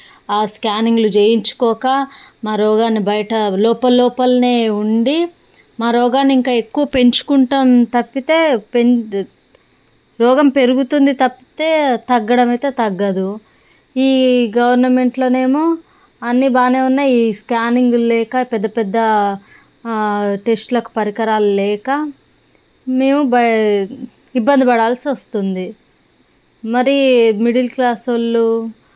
ఆ స్కానింగ్లు చేయించుకోక మా రోగాన్ని బయట లోపల లోపలనే ఉండి మా రోగాన్ని ఇంకా ఎక్కువ పెంచుకుంటాం తప్పితే పెం రోగం పెరుగుతుంది తప్పితే తగ్గడం అయితే తగ్గదు ఈ గవర్నమెంట్లోనేమో అన్ని బాగానే ఉన్నాయి ఈ స్కానింగ్లు లేక పెద్ద పెద్ద టెస్టులకు పరికరాలు లేక మేము బై ఇబ్బంది పడాల్సి వస్తుంది మరి మిడిల్ క్లాస్ వాళ్ళు